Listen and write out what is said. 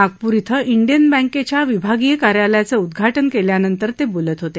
नागपूर क्रि डियन बँकेच्या विभागीय कार्यालयाचं उद्घाटन केल्यानंतर ते बोलत होते